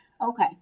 Okay